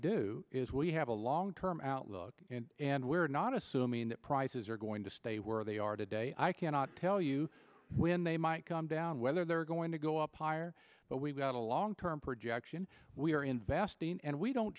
do is we have a long term outlook and we're not assuming that prices are going to stay where they are today i cannot tell you when they might come down whether they're going to go up higher but we've got a long term projection we are investing and we don't